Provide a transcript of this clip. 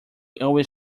awe